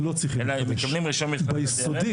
אלא הם מקבלים רישיון בתחילת הדרך -- ביסודי,